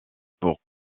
pour